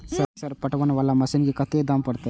Sir पटवन वाला machine के कतेक दाम परतें?